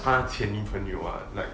他前女朋友 ya like